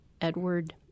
Edward